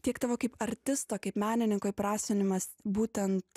tiek tavo kaip artisto kaip menininko įprasminimas būtent